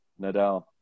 Nadal